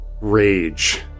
rage